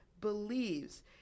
believes